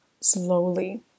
slowly